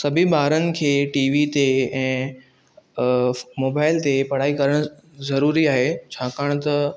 सभी ॿारनि खे टी वी ते ऐं मोबाइल ते पढ़ाई करणु ज़रूरी आहे छाकाणि त